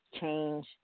change